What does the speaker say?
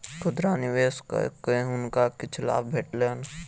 खुदरा निवेश कय के हुनका किछ लाभ भेटलैन